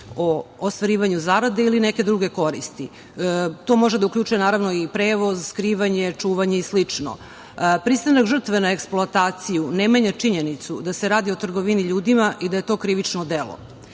o ostvarivanju zarade ili neke druge koristi. To može da uključuje i prevoz, skrivanje, čuvanje i slično. Pristanak žrtve na eksploataciju, ne menja činjenice da se radi o trgovini ljudima i da je to krivično delo.